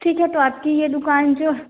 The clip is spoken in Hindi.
ठीक है तो आपकी यह दुकान जो